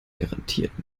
garantiert